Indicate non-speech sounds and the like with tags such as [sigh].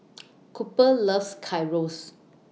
[noise] Cooper loves Gyros